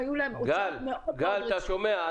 גל, אתה שומע?